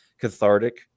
cathartic